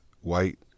white